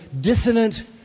dissonant